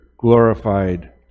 glorified